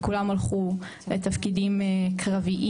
וכולם הלכו לתפקידים קרביים.